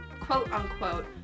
quote-unquote